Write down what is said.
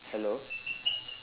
hello